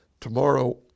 Tomorrow